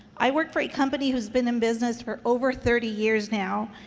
i work for a company who's been in business for over thirty years now,